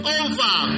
over